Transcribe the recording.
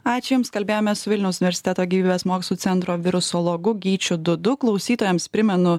ačiū jums kalbėjomės su vilniaus universiteto gyvybės mokslų centro virusologu gyčiu dudu klausytojams primenu